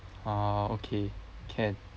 orh okay can